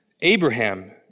Abraham